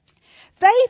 faith